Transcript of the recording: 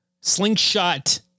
slingshot